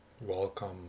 welcome